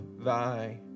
thy